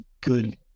good